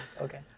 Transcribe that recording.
okay